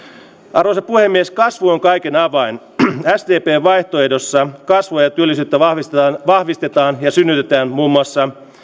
arvoisa puhemies kasvu on kaiken avain sdpn vaihtoehdossa kasvua ja työllisyyttä vahvistetaan vahvistetaan ja synnytetään muun muassa